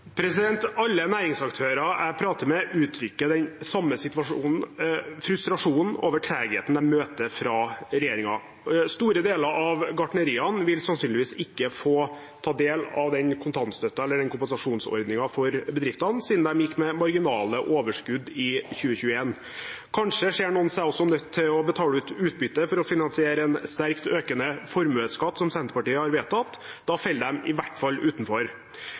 Alle næringsaktører jeg prater med, uttrykker den samme frustrasjonen over tregheten de møter fra regjeringen. Store deler av gartneriene vil sannsynligvis ikke få ta del i kompensasjonsordningen for bedriftene siden de gikk med marginale overskudd i 2021. Kanskje ser noen seg også nødt til å betale ut utbytte for å finansiere en sterkt økende formuesskatt, som Senterpartiet har vedtatt. Da faller de i hvert fall utenfor.